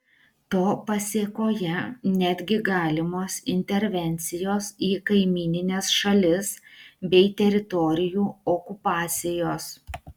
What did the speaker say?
to pasėkoje netgi galimos intervencijos į kaimynines šalis bei teritorijų okupacijos